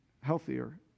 healthier